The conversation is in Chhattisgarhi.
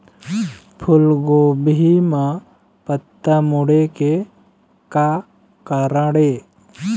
फूलगोभी म पत्ता मुड़े के का कारण ये?